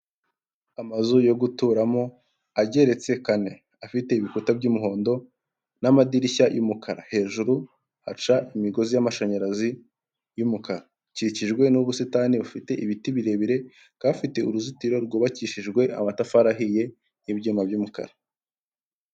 Amazu yo guturamo ageretse kane afite ibikuta by'umuhondo n'amadirishya y'umukara hejuru haca imigozi y'amashanyarazi y'umukara, ikikijwe n'ubusitani bufite ibiti birebire kandi afite uruzitiro rwubakishijwe amatafari ahiye n'ibyuma by'umukara.